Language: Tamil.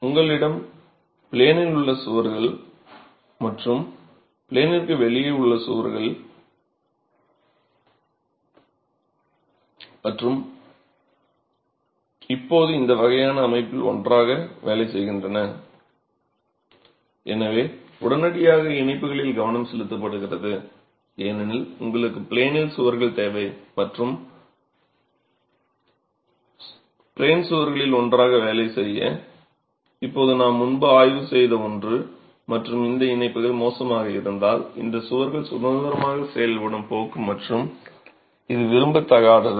உங்களிடம் ப்ளேனில் உள்ள சுவர்கள் மற்றும் ப்ளேனிற்கு வெளியே உள்ள சுவர்கள் இப்போது இந்த வகையான அமைப்பில் ஒன்றாக வேலை செய்கின்றன எனவே உடனடியாக இணைப்புகளில் கவனம் செலுத்தப்படுகிறது ஏனெனில் உங்களுக்கு ப்ளேனில் சுவர்கள் தேவை மற்றும் ப்ளேன் சுவர்களில் ஒன்றாக வேலை செய்ய இப்போது நாம் முன்பு ஆய்வு செய்த ஒன்று மற்றும் இந்த இணைப்புகள் மோசமாக இருந்தால் இந்த சுவர்கள் சுதந்திரமாக செயல்படும் போக்கு மற்றும் இது விரும்பத்தகாதது